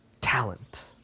talent